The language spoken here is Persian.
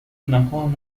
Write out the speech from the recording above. نهان